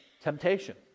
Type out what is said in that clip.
temptation